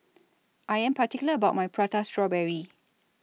I Am particular about My Prata Strawberry